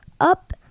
up